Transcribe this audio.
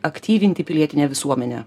aktyvinti pilietinę visuomenę